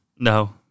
No